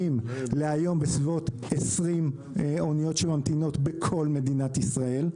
ל-20 אניות שממתינות בכל מדינת ישראל,